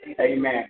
amen